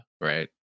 Right